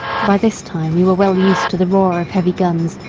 by this time we were well used to the roar of heavy guns,